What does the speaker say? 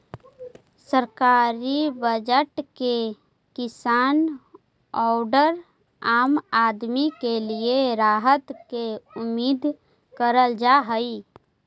सरकारी बजट में किसान औउर आम आदमी के लिए राहत के उम्मीद करल जा हई